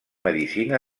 medicina